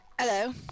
Hello